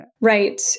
right